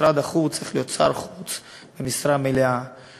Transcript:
במשרד החוץ צריך להיות שר חוץ במשרה מלאה,